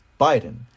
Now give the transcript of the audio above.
Biden